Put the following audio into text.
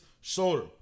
shoulder